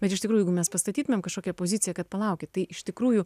bet iš tikrųjų jeigu mes pastatytumėm kažkokią poziciją kad palaukit tai iš tikrųjų